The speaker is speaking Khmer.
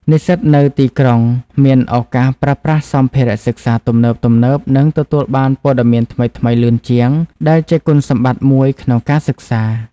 និស្សិតនៅទីក្រុងមានឱកាសប្រើប្រាស់សម្ភារៈសិក្សាទំនើបៗ និងទទួលបានព័ត៌មានថ្មីៗលឿនជាង ដែលជាគុណសម្បត្តិមួយក្នុងការសិក្សា។